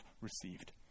received